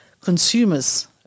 consumers